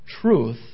truth